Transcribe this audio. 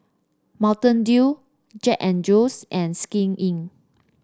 Mountain Dew Jack And Jones and Skin Inc